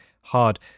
hard